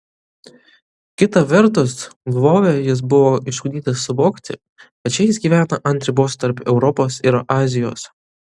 kita vertus lvove jis buvo išugdytas suvokti kad čia jis gyvena ant ribos tarp europos ir azijos